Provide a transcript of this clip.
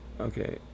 okay